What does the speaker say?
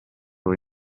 voi